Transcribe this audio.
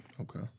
Okay